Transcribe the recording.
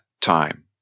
time